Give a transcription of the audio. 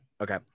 Okay